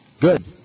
Good